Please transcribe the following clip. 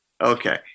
Okay